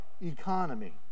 economy